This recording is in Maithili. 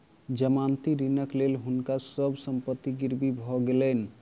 जमानती ऋणक लेल हुनका सभ संपत्ति गिरवी भ गेलैन